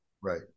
Right